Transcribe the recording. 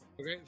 Okay